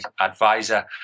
advisor